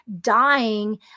dying